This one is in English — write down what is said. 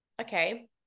okay